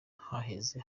haheze